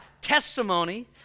testimony